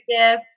gift